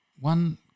One